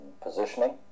positioning